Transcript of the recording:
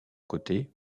côté